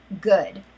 good